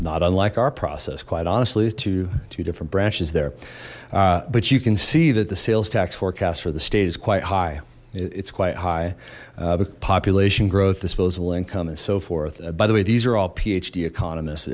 not unlike our process quite honestly to two different branches there but you can see that the sales tax forecast for the state is quite high it's quite high population growth disposable income and so forth by the way these are all phd economists